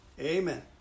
Amen